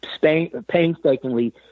painstakingly